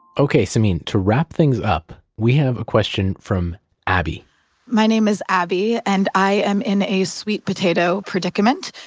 okay. samin, to wrap things up, we have a question from abby my name is abby and i am in a sweet potato predicament.